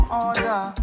order